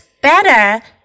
better